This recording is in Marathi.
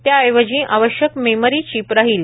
त्याऐवजी आवश्यक मेमरी चीप राहील